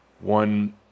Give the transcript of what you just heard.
one